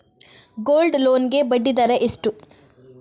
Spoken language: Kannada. ಗೋಲ್ಡ್ ಲೋನ್ ಗೆ ಬಡ್ಡಿ ದರ ಎಷ್ಟು?